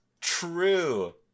True